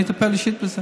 אני אטפל בזה אישית.